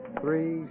three